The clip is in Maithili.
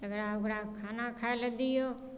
एकरा ओकरा खाना खाय लए दियौ